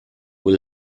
will